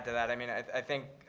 that, i mean, i think